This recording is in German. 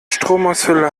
stromausfälle